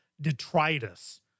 detritus